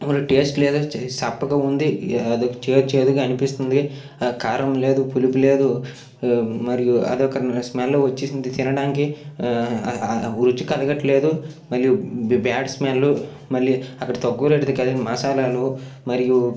మరి టేస్ట్ లేదు చప్పగా ఉంది అది ఒక చేదు చేదుగా అనిపిస్తుంది అ కారం లేదు పులుపు లేదు మరియు అది ఒక స్మెల్ వచ్చింది తినడానికి ఆ అ రుచి కలగట్లేదు మళ్ళీ బ్యాడ్ స్మెల్లు మళ్ళీ అక్కడ తక్కువ రేట్ది కాదు మసాలలు మరియు